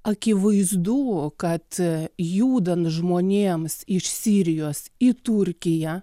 akivaizdu kad judant žmonėms iš sirijos į turkiją